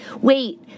wait